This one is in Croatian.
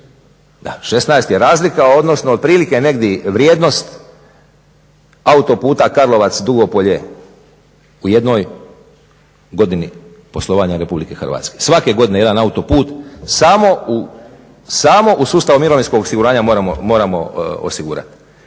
Da, 16 je razlika odnosno otprilike negdje vrijednost autoputa Karlovac-Dugopolje u jednoj godini poslovanja RH. svake godine jedan autoput samo u sustavu mirovinskog osiguranja moramo osigurati.